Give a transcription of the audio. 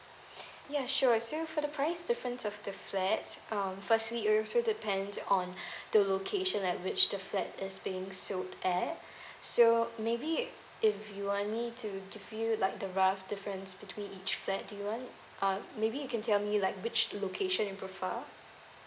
ya sure so for the price difference of the flats um firstly it also depends on the location at which the flat is being sold at so maybe if you want me to give you like the rough difference between each flat do you want um maybe you can tell me like which location you prefer